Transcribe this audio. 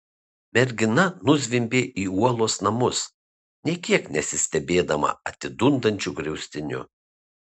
mergina nuzvimbė į uolos namus nė kiek nesistebėdama atidundančiu griaustiniu